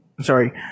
sorry